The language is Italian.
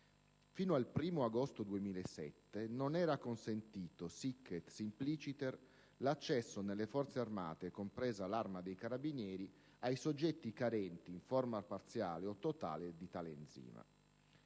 Fino al 1° agosto 2007 non era consentito *sic et simpliciter* l'accesso nelle Forze armate, compresa l'Arma dei carabinieri, ai soggetti carenti, in forma parziale o totale, di tale enzima.